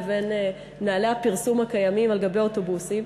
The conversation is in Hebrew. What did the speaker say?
לבין נוהלי הפרסום הקיימים על גבי אוטובוסים.